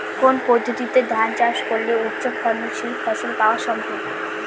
কোন পদ্ধতিতে ধান চাষ করলে উচ্চফলনশীল ফসল পাওয়া সম্ভব?